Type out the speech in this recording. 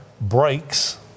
breaks